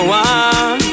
one